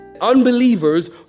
Unbelievers